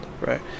Right